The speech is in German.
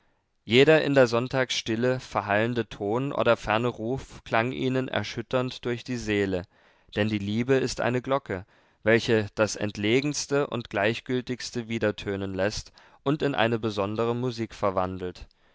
jeder in der sonntagsstille verhallende ton oder ferne ruf klang ihnen erschütternd durch die seele denn die liebe ist eine glocke welche das entlegenste und gleichgültigste widertönen läßt und in eine besondere musik verwandelt